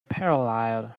paralleled